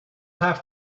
have